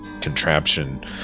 contraption